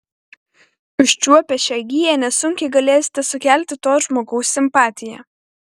užčiuopę šią giją nesunkiai galėsite sukelti to žmogaus simpatiją